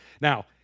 Now